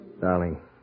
Darling